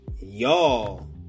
y'all